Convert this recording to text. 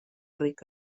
ric